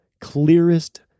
clearest